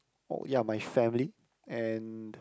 oh ya my family and